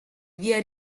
via